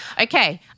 Okay